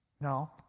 No